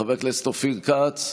חבר הכנסת אופיר כץ,